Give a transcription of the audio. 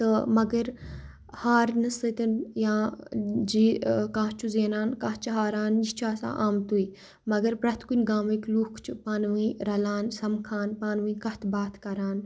تہٕ مگر ہارنہٕ سۭتۍ یاں جی کانٛہہ چھُ زینان کانٛہہ چھُ ہاران یہِ چھُ آسان آمتُے مگر پرٛٮ۪تھ کُنہِ گامٕکۍ لُکھ چھِ پانہٕ ؤنۍ رَلان سَمکھان پانہٕ ؤنۍ کَتھ باتھ کَران